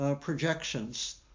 Projections